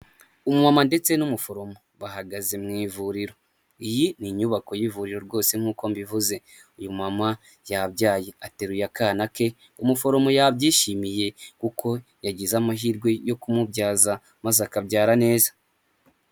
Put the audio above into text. Umumama ndetse n'umuforomo bahagaze mu ivuriro, iyi ni inyubako yivuriro rwose nk'uko mbivuze, uyu mumama yabyaye ateruye akana ke, umuforomo yabyishimiye kuko yagize amahirwe yo kumubyaza maze akabyara neza.